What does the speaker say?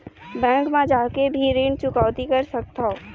Bank मा जाके भी ऋण चुकौती कर सकथों?